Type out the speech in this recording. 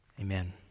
Amen